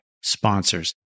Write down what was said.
sponsors